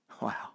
Wow